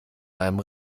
einem